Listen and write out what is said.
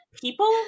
people